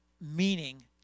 meaning